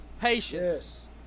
patience